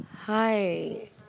hi